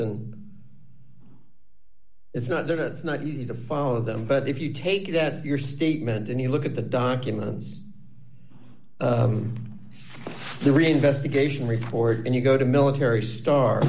the it's not that it's not easy to follow them but if you take that your statement and you look at the documents the reinvestigation report and you go to military star